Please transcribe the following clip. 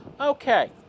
Okay